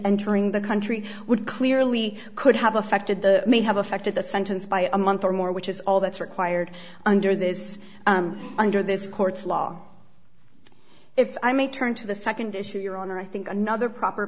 entering the country would clearly could have affected the may have affected the sentence by a month or more which is all that's required under this under this court's law if i may turn to the second issue your honor i think another proper